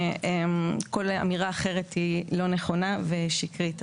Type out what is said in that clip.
וכל אמירה אחרת היא לא נכונה ושקרית,